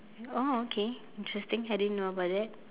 oh okay interesting I didn't know about that